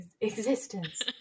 existence